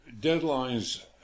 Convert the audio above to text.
deadlines